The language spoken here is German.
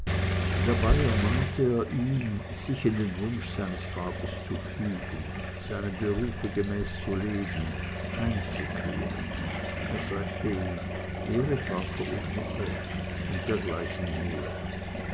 sich in den wunsch seines vaters zu fügen seinem berufe gemäß zu leben heimzukehren er sagte ihm ehre vater und mutter und dergleichen mehr